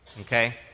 okay